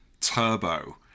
Turbo